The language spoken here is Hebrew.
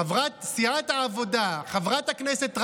חברת סיעת העבודה חברת הכנסת רייטן,